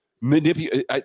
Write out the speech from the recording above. manipulate